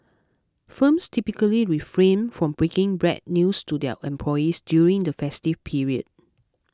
firms typically refrain from breaking bread news to their employees during the festive period